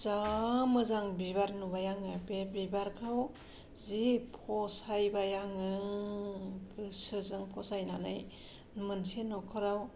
जा मोजां बिबार नुबाय आङो बे बिबारखौ जि फसायबाय आङो गोसोजों फसायनानै मोनसे न'खराव